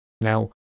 Now